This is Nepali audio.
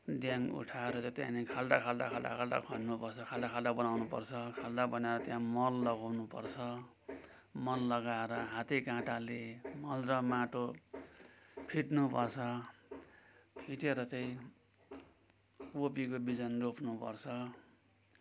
ड्याङ उठाएर चाहिँ त्याँनेरि खाल्टा खाल्टा खाल्टा खाल्टा खन्नु पर्छ खाल्टा खाल्टा बनाएर त्या मल लगाउनु पर्छ मल लगाएर हाते काँटाले र माटो फिट्नु पर्छ फिटेर चाहिँ कोपीको बिजन रोप्नु पर्छ